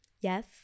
yes